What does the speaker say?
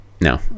No